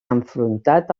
enfrontat